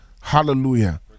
hallelujah